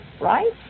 right